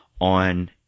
on